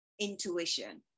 intuition